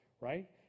right